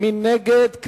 מי נגד?